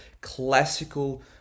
classical